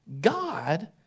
God